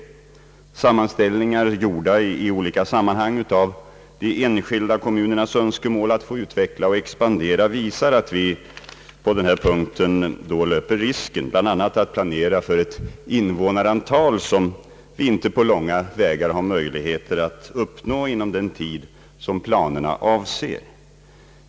Olika sammanställningar i skilda sammanhang av de enskilda kommunernas Önskemål att få utveckla och expandera visar att vi på denna punkt då löper risken att bl.a. planera för ett invånarantal som inte på långa vägar kommer att kunna uppnås inom den tid som planerna avser.